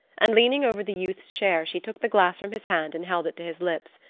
and leaning over the youth's chair, she took the glass from his hand and held it to his lips.